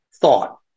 thought